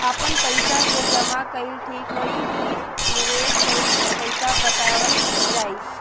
आपन पइसा के जमा कइल ठीक होई की निवेस कइल तइका बतावल जाई?